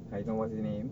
I don't what's the name